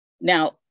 Now